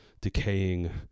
decaying